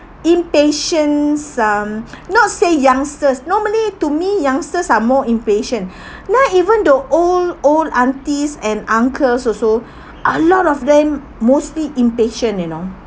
not say youngsters normally to me youngsters are more impatient now even the old old aunties and uncles also a lot of them mostly impatient you know